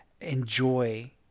enjoy